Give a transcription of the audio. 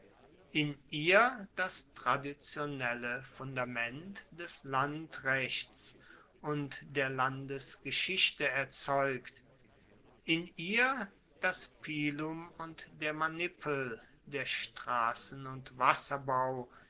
in ihr das traditionelle fundament des landrechts und der landesgeschichte erzeugt in ihr das pilum und der manipel der strassen und wasserbau